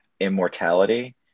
immortality